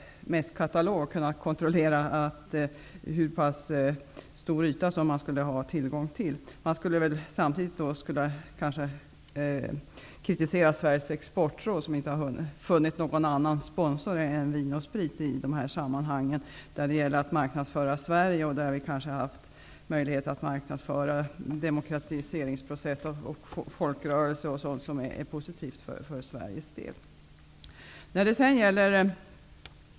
Man borde samtidigt kritisera Sveriges exportråd för att det i detta sammanhang inte har kunnat finna någon annan sponsor än Vin & Sprit när det gäller att marknadsföra Sverige. Vi hade kanske haft möjlighet att marknadsföra demokratiseringsprocessen, folkrörelser och sådant som är positivt för Sveriges del.